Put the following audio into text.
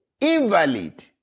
invalid